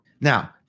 Now